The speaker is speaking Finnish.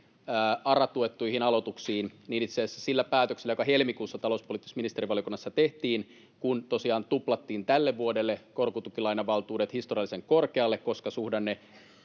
ARA-tuettuihin aloituksiin, että itse asiassa sillä päätöksellä, joka helmikuussa talouspoliittisessa ministerivaliokunnassa tehtiin, tosiaan tuplattiin tälle vuodelle korkotukilainavaltuudet historiallisen korkealle, koska suhdanteen